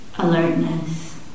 Alertness